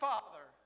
Father